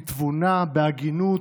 בתבונה, בהגינות,